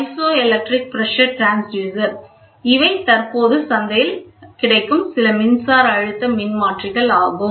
piezo electric pressure டிரான்ஸ்யூட்டர்கள் இவை தற்போது சந்தையில் கிடைக்கும் சில மின்சார அழுத்த மின்மாற்றிகள் ஆகும்